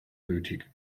nötig